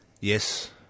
Yes